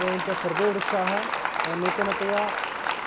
एवञ्च सर्वे वृक्षाः नूतनतया